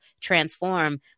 transform